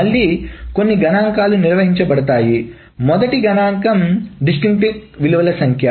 మళ్ళీ కొన్ని గణాంకాలు నిర్వహించబడతాయి మొదటి గణాంకం విభిన్న విలువల సంఖ్య